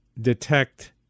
detect